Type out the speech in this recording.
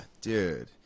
dude